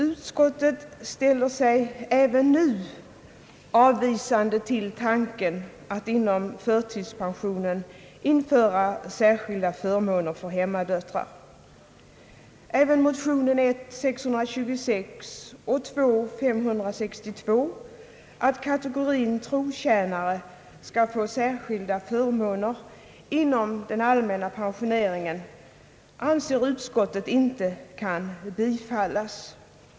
Utskottet ställer sig även nu avvisande till tanken att inom förtidspensionen införa särskilda förmåner för hemmadöttrar. Utskottet anser inte heller att motionerna I: 626 och II:562, som går ut på att kategorin trotjänare skall få särskilda förmåner inom den allmänna pensioneringen, kan bifallas.